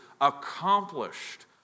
accomplished